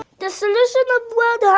the solution to world ah